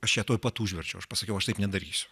aš ją tuoj pat užverčiau aš pasakiau aš taip nedarysiu